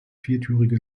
viertürige